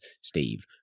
Steve